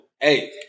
Hey